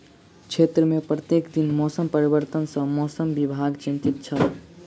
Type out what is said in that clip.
क्षेत्र में प्रत्येक दिन मौसम परिवर्तन सॅ मौसम विभाग चिंतित छल